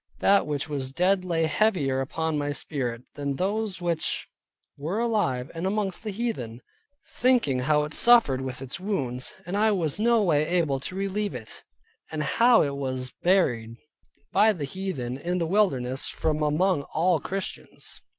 that which was dead lay heavier upon my spirit, than those which were alive and amongst the heathen thinking how it suffered with its wounds, and i was no way able to relieve it and how it was buried by the heathen in the wilderness from among all christians.